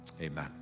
amen